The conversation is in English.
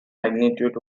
magnitude